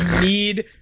need